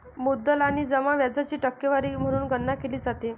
मुद्दल आणि जमा व्याजाची टक्केवारी म्हणून गणना केली जाते